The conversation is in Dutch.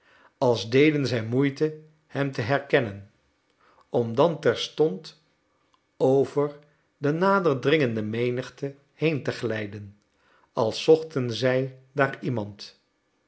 als deden zij moeite hem te herkennen om dan terstond over de nader dringende menigte heen te glijden als zochten zij daar iemand